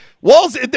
Walls